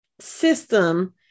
system